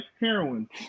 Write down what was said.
Heroin